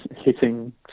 hitting